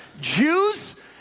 Jews